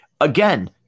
again